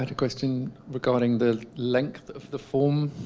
but question regarding the length of the form.